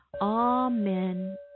Amen